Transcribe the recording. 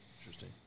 interesting